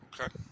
okay